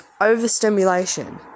overstimulation